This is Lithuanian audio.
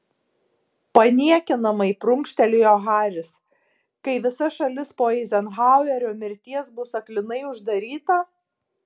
paniekinamai prunkštelėjo haris kai visa šalis po eizenhauerio mirties bus aklinai uždaryta